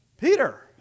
Peter